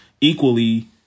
Equally